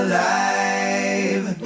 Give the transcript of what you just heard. Alive